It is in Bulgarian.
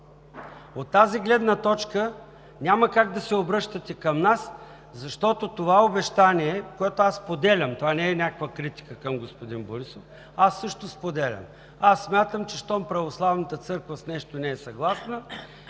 От тази гледна точка няма как да се обръщате към нас, защото това обещание, което аз споделям – това не е някаква критика към господин Борисов, аз също споделям, аз смятам, че щом Православната църква с нещо не е съгласна,